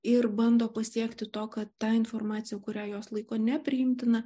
ir bando pasiekti to kad tą informaciją kurią jos laiko nepriimtina